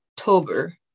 October